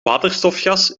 waterstofgas